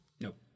Nope